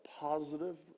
positive